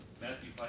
Matthew